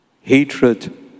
Hatred